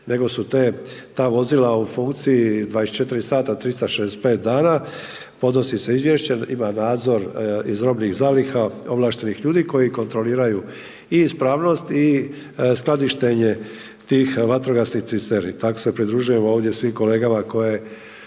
nego su ta vozila u funkciji 24 sata, 365 dana, podnosi se izvješće, ima nadzor iz robnih zaliha, ovlaštenih ljudi koji kontroliraju i ispravnost i skladištenje tih vatrogasnih cisterni, tako se pridružujemo svim kolegama koje